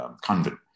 convent